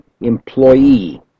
employee